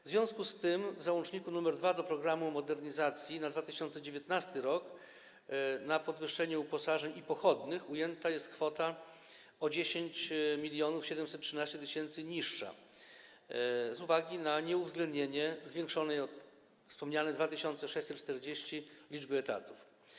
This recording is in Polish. W związku z tym w załączniku nr 2 do programu modernizacji na 2019 r. na podwyższenie uposażeń i pochodnych ujęta jest kwota o 10713 tys. mniejsza z uwagi na nieuwzględnienie zwiększonej o wspomniane 2640 liczby etatów.